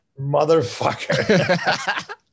motherfucker